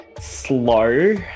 slow